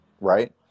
right